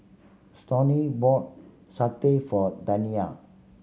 Stoney bought satay for Taniya